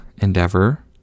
endeavor